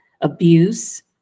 abuse